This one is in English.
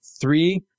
three